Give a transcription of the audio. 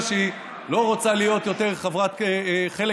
שהיא לא רוצה להיות יותר חלק מהקואליציה,